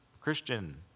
Christian